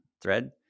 thread